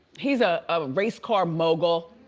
he's a ah race car mogul.